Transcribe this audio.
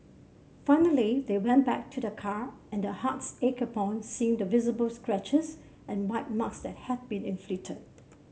finally they went back to their car and their hearts ached upon seeing the visible scratches and bite that had been inflicted